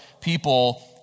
people